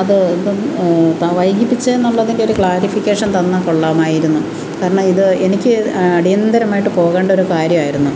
അത് എന്തോന്ന് വൈകിപ്പിച്ചതെന്ന് ഉള്ളതിൻ്റെ ഒരു ക്ലാരിഫിക്കേഷൻ തന്നാൽ കൊള്ളാമായിരുന്നു കാരണം ഇത് എനിക്ക് അടിയന്തിരമായിട്ട് പോകേണ്ട ഒരു കാര്യമായിരുന്നു